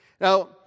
Now